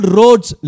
roads